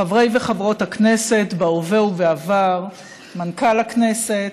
חברי וחברות הכנסת בהווה ובעבר, מנכ"ל הכנסת,